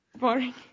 boring